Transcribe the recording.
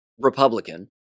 Republican